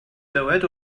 dywed